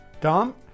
Dom